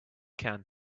can